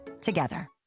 together